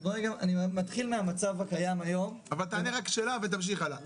אני מתחיל מהמצב הקיים היום --- אבל תענה רק על השאלה ותמשיך הלאה.